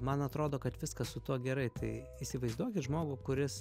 man atrodo kad viskas su tuo gerai tai įsivaizduokit žmogų kuris